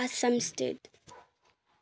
Assam state